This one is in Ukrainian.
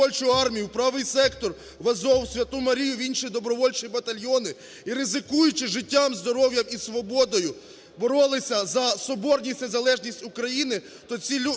добровольчу армію, в "Правий сектор", в "Азов", в "Святу Марію", в інші добровольчі батальйони і, ризикуючи життям, здоров'ям і свободою, боролися за соборність і незалежність України, то ми повинні